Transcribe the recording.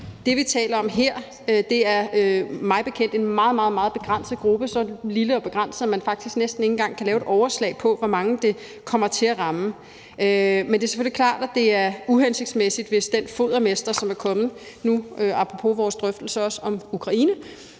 Det, vi taler om her, er mig bekendt en meget, meget begrænset gruppe, så lille og begrænset, at man faktisk næsten ikke engang kan lave et overslag på, hvor mange det kommer til at ramme. Men det er selvfølgelig klart, at det er uhensigtsmæssigt, hvis ægtefællen til den fodermester, som er kommet – apropos vores drøftelser også om Ukraine